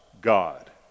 God